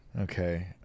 Okay